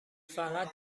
فقط